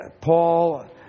Paul